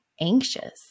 anxious